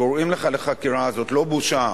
קוראים לך לחקירה, זאת לא בושה.